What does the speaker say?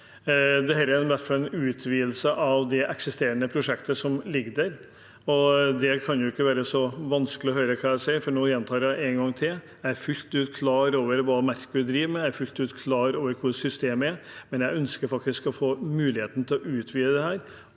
Dette er en utvidelse av det eksisterende prosjektet som ligger der. Det kan ikke være så vanskelig å høre hva jeg sier, for nå gjentar jeg det en gang til. Jeg er fullt klar over hva Merkur driver med, og jeg er fullt klar over hvordan systemet er, men jeg ønsker å få muligheten til å utvide dette